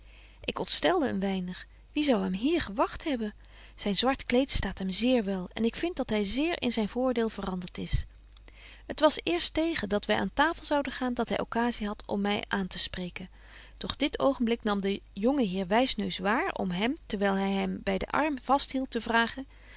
ik ontstelde een weinig wie zou hem hier gewagt hebben zyn zwart kleed staat hem zeer wel en ik vind dat hy zeer in zyn voordeel verandert is t was betje wolff en aagje deken historie van mejuffrouw sara burgerhart eerst tegen dat wy aan tafel zouden gaan dat hy occasie hadt om my aan te spreken doch dit oogenblik nam de jonge heer wysneus waar om hem terwyl hy hem by den arm vasthield te vragen